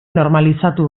normalizatu